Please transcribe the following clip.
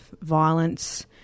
violence